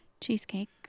Cheesecake